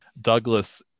Douglas